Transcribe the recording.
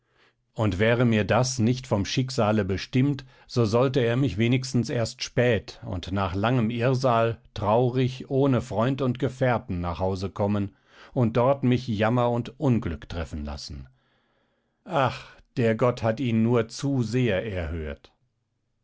und wäre mir das nicht vom schicksale bestimmt so sollte er mich wenigstens erst spät und nach langem irrsal traurig ohne freund und gefährten nach hause kommen und dort mich jammer und unglück treffen lassen ach der gott hat ihn nur zu sehr erhört